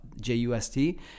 J-U-S-T